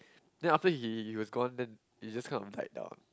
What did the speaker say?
then after he was gone then it just kind of died down